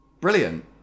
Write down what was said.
Brilliant